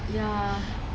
ya